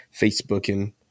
Facebooking